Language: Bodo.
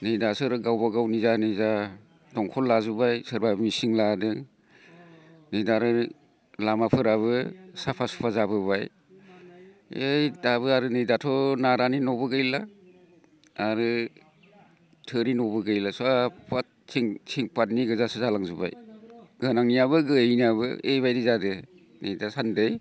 नै दासो आरो गावबा गाव निजा निजा दंखल लाजोब्बाय सोरबा मेचिन लादों नै दा आरो लामाफोराबो साफा सुफा जाबोबाय ओइ दाबो आरो नै दाथ' नारानि न'बो गैला आरो थोरि न'बो गैला साफा थिं फादनि गोजासो जालांजोबबाय गोनांनाबो गैयिनाबो ओइबादि जादो नै दा सान्दै